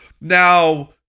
Now